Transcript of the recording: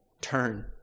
turn